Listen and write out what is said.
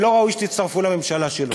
ולא ראוי שתצטרפו לממשלה שלו.